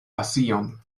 pasion